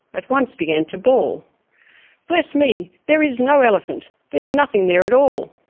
at once began to bawl bless me there is no elephant, there's nothing there at all!